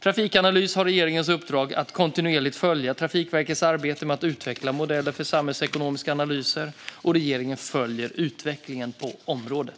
Trafikanalys har regeringens uppdrag att kontinuerligt följa Trafikverkets arbete med att utveckla modeller för samhällsekonomiska analyser. Regeringen följer utvecklingen på området.